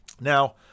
Now